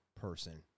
person